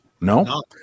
No